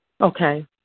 Okay